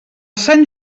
sant